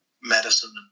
medicine